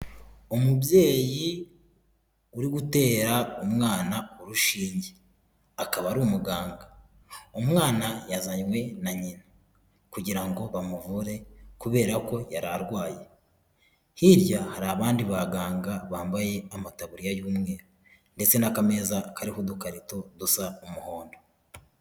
Umubyeyi uri gutera umwana urushinge akaba ari umuganga, umwana yazanywe na nyina kugira ngo bamuvure kubera ko yari arwaye, Hirya hari abandi baganga bambaye amataburiya y'umweru ndetse n'kaameza kariho udukarito dusa umuhondo.